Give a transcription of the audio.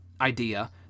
idea